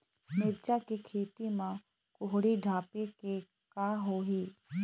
मिरचा के खेती म कुहड़ी ढापे ले का होही?